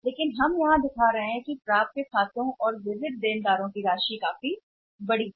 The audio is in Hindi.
लेकिन हम यहां दिखा रहे हैं कि हम सबसे पहले जो कर रहे हैं वह प्राप्य विविध है देनदारों की राशि काफी बड़ी है